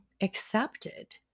accepted